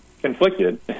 conflicted